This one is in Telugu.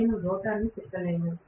నేను రోటర్ను త్రిప్పలేను